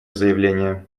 заявление